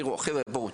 בואו חבר'ה,